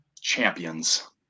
Champions